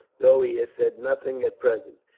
though he has said nothing at present,